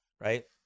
Right